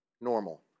normal